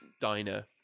diner